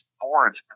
boards